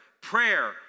Prayer